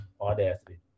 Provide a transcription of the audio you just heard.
audacity